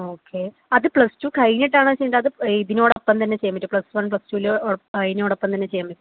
okay അത് plus two കഴിഞ്ഞിട്ടാണോ ചെയ്യേണ്ടത് അതോ ഇതിനോടൊപ്പം തന്നെ ചെയ്യാൻ പറ്റുമോ പ്ലസ് വൺ പ്ലസ് ടു അതിനോടൊപ്പം തന്നെ ചെയ്യാൻ പറ്റുമോ